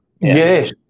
Yes